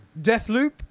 Deathloop